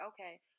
okay